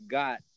got